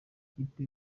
ikipe